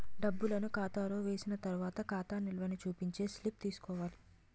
డబ్బులను ఖాతాలో వేసిన తర్వాత ఖాతా నిల్వని చూపించే స్లిప్ తీసుకోవాలి